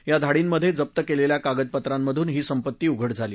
या धाडींमध्ये जप्त केलेल्या कागदपत्रांतून ही संपत्ती उघड झाली